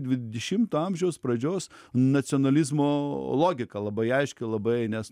dvidešimto amžiaus pradžios nacionalizmo logika labai aiški labai nes